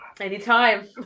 Anytime